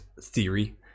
theory